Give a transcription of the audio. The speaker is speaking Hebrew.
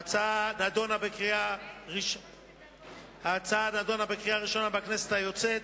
ההצעה נדונה בקריאה הראשונה בכנסת היוצאת